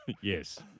Yes